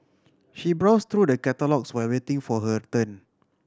she browse through the catalogues while waiting for her turn